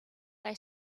they